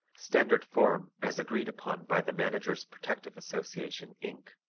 standard form as agreed upon by the managers protective association, inc.